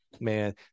man